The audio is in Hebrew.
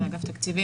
אגף התקציבים,